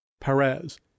Perez